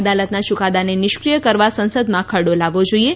અદાલતના યુકાદાને નિષ્ક્રિય કરવા સંસદમાં ખરડો લાવવો જોઇએ